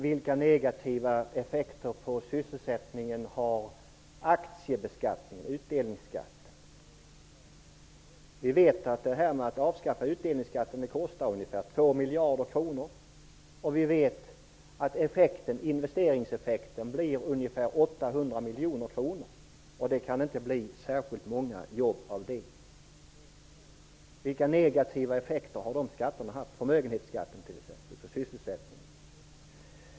Vilka negativa effekter på sysselsättningen har utdelningsskatten på aktier? Vi vet att det kostar ungefär 2 miljarder kronor att avskaffa utdelningsskatten. Vi vet att investeringseffekten blir ungefär 800 miljoner kronor. Det kan inte bli särskilt många jobb av det. Vilka negativa effekter har t.ex. förmögenhetsskatten haft på sysselsättningen?